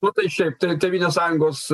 nu tai šiaip tai tėvynės sąjungos